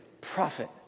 prophet